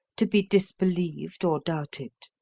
to be disbelieved or doubted.